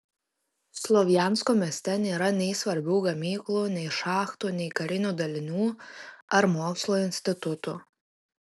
slovjansko mieste nėra nei svarbių gamyklų nei šachtų nei karinių dalinių ar mokslo institutų